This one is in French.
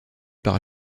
par